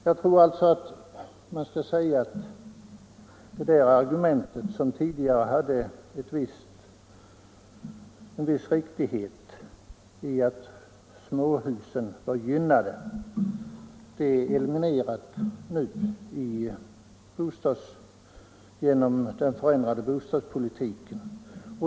Jag tror alltså att det här argumentet — som tidigare ägde en viss riktighet — att småhusen var gynnade är eliminerat genom den förändrade bostadspolitiken.